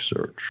search